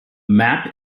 map